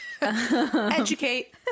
Educate